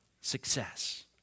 success